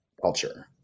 culture